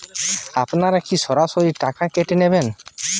আপনারা কি সরাসরি টাকা কেটে নেবেন?